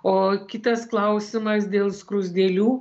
o kitas klausimas dėl skruzdėlių